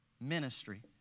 ministry